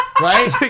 right